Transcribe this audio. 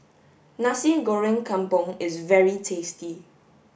Nasi Goreng Kampung is very tasty